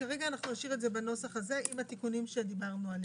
אנחנו נשאיר את זה בנוסח הזה עם התיקונים שדיברנו עליהם.